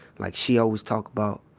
like she always talk about